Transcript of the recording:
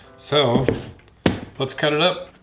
so let's cut it up.